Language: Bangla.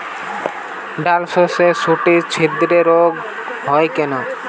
ডালশস্যর শুটি ছিদ্র রোগ হয় কেন?